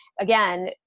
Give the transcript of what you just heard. Again